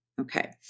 Okay